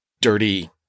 dirty